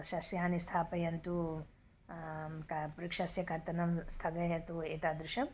शस्यानि स्थापयन्तु क वृक्षस्य कर्तनं स्थगयतु एतादृशं